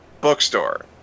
bookstore